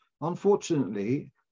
Unfortunately